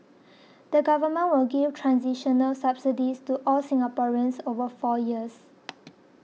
the Government will give transitional subsidies to all Singaporeans over four years